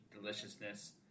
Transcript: deliciousness